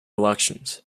elections